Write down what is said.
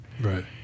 Right